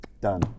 Done